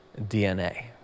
DNA